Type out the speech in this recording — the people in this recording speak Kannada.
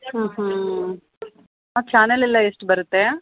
ಹ್ಞೂ ಹ್ಞೂ ಚಾನಲ್ ಎಲ್ಲ ಎಷ್ಟು ಬರುತ್ತೆ